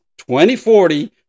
2040